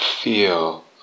feel